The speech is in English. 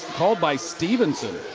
called by stephenson.